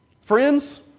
Friends